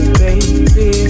baby